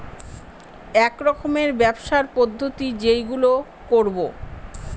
এক রকমের ব্যবসার পদ্ধতি যেইগুলো করবো